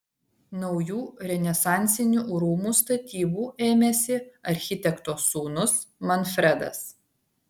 naujų renesansinių rūmų statybų ėmėsi architekto sūnus manfredas